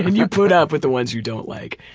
and you put up with the ones you don't like.